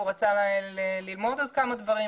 הוא רצה ללמוד עוד כמה דברים,